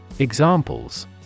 Examples